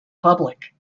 public